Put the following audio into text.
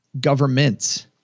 Governments